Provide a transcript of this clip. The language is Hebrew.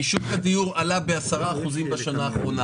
כי שוק הדיור עלה ב-10% בשנה האחרונה.